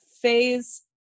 phase